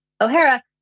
O'Hara